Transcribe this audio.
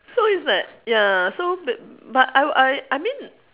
so it's like ya so b~ but I w~ I I mean